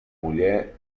muller